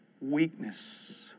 Weakness